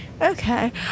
okay